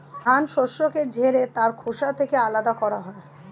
ধান শস্যকে ঝেড়ে তার খোসা থেকে আলাদা করা হয়